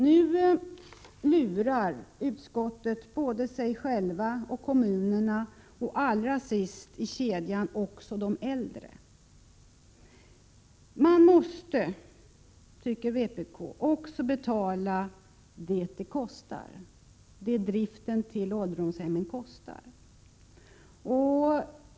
Nu lurar utskottet sig självt, kommunerna och allra sist i kedjan också de äldre. Man måste, tycker vpk, också betala vad driften för ålderdomshemmen kostar.